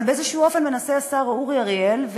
אבל באיזשהו אופן מנסה השר אורי אריאל,